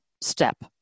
step